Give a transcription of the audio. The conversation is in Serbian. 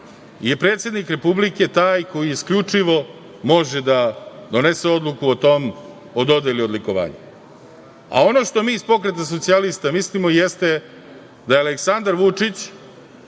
je predsednik Republike taj koji isključivo može da donese odluku o dodeli odlikovanja. Ono što mi iz Pokreta socijalista mislimo jeste da je Aleksandar Vučić,